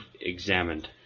examined